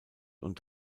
und